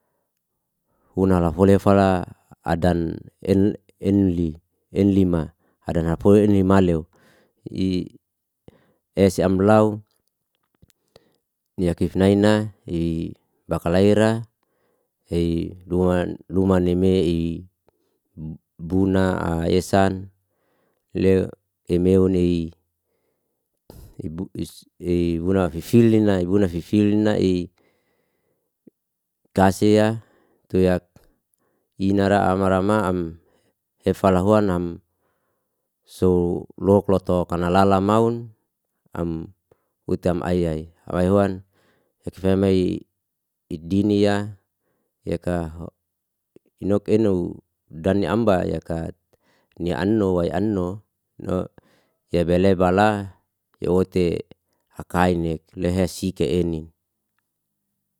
Huna la fole fala adan en enli enlima adana fole inimaleo i esi amblau i yakif naina i bakalai ira i luman luman i me i buna a esan leo emeon i i bu'is ei bibuna fifilina i buna fifilina i kasea tuyak tasea inara amarama'am evalahuan am so lokloto kanalala maun am akutam ayayai awehuan ekefekmei idini ya yaka ho inok enou dani amba yakat ni ano wai ano no ya belebala yaote akai nek lehe sike ennin